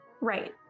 Right